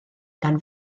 gan